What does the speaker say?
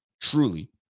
truly